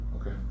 Okay